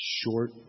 short